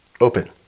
Open